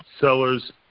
Sellers